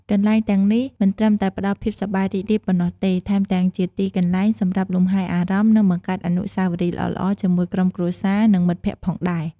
កន្លែងទាំងនេះមិនត្រឹមតែផ្ដល់ភាពសប្បាយរីករាយប៉ុណ្ណោះទេ ថែមទាំងជាទីកន្លែងសម្រាប់លំហែអារម្មណ៍ និងបង្កើតអនុស្សាវរីយ៍ល្អៗជាមួយក្រុមគ្រួសារ និងមិត្តភ័ក្តិផងដែរ។